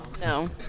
No